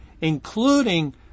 including